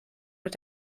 mit